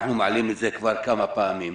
אנחנו מעלים את זה כבר כמה פעמים.